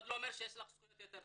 לא אומר שיש לך זכויות יתר.